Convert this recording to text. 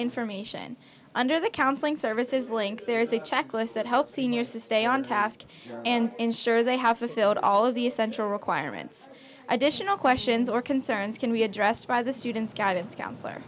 information under the counseling services link there is a checklist that help seniors to stay on task and ensure they have fulfilled all of the essential requirements additional questions or concerns can be addressed by the student's guidance counselor